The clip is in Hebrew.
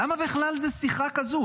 למה בכלל זו שיחה כזאת?